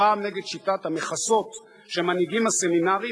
הפעם נגד שיטת המכסות שמנהיגים הסמינרים,